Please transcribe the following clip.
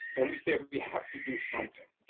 and we said, we have to do something.